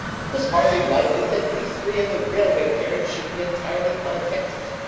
it was hardly likely that we three in the railway carriage should be entirely unaffected.